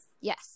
Yes